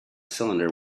cylinder